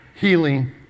healing